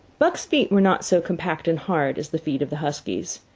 buck's feet were not so compact and hard as the feet of the huskies.